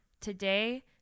Today